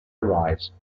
arise